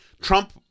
trump